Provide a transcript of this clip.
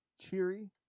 cheery